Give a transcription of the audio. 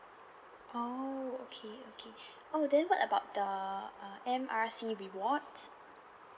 orh okay okay oh then what about the uh M R C rewards